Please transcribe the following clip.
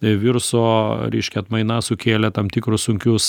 viruso reiškia atmaina sukėlė tam tikrus sunkius